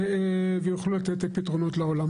ויוכלו לתת פתרונות לעולם.